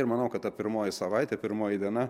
ir manau kad ta pirmoji savaitė pirmoji diena